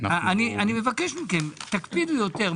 אני מבקש מכם, תקפידו יותר.